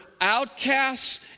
outcasts